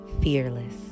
fearless